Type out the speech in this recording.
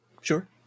Sure